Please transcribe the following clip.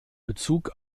bezug